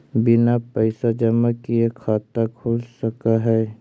बिना पैसा जमा किए खाता खुल सक है?